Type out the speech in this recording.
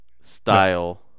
Style